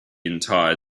entire